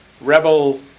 rebel